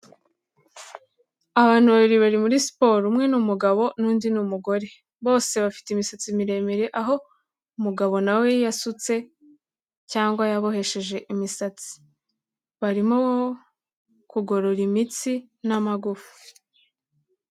Abantu babiri bari muri siporo, umwe n'umugabo n'undi ni umugore. Bose bafite imisatsi miremire aho umugabo nawe yasutse cyangwa yabohesheje imisatsi, barimo kugorora imitsi n'amagufa.